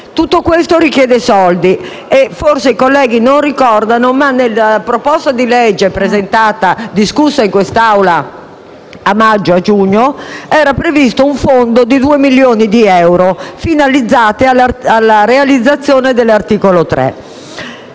Tutto questo richiede risorse e, forse, i colleghi non ricordano che nella proposta di legge discussa in quest'Assemblea a maggio e a giugno, era previsto un fondo di due milioni di euro, finalizzati alla realizzazione dell'articolo 3.